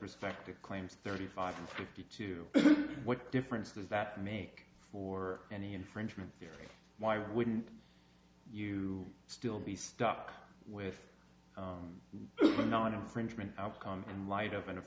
respect to claims thirty five and fifty two what difference does that make for any infringement theory why wouldn't you still be stuck with the non infringement outcome in light of an a